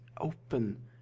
open